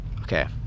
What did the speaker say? Okay